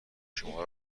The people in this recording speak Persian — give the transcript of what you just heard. شما